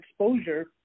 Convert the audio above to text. exposure